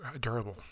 durable